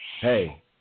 hey